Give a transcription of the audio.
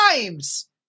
times